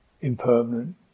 impermanent